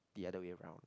the other way around